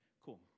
cool